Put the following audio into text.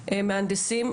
מהנדסים,